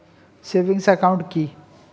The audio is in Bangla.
সেভিংস একাউন্ট কি?